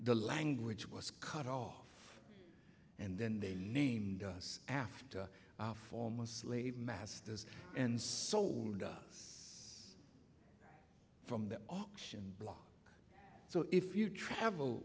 the language was cut off and then they named us after former slave masters and sold us from the auction block so if you travel